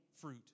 fruit